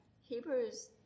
Hebrews